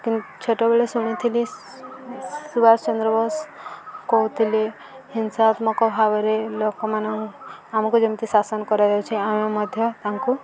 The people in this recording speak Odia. କି ଛୋଟବେଳେ ଶୁଣିଥିଲି ସୁବାଷ ଚନ୍ଦ୍ର ବୋଷ କହୁଥିଲେ ହିଂସାତ୍ମକ ଭାବରେ ଲୋକମାନଙ୍କୁ ଆମକୁ ଯେମିତି ଶାସନ କରାଯାଉଛି ଆମେ ମଧ୍ୟ ତାଙ୍କୁ